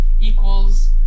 equals